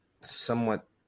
somewhat